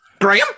Graham